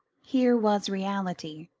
here was reality,